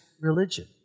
religion